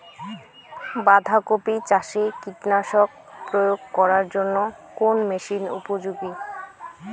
বাঁধা কপি চাষে কীটনাশক প্রয়োগ করার জন্য কোন মেশিন উপযোগী?